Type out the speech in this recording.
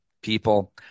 people